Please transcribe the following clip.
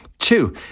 Two